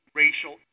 racial